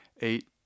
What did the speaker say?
eight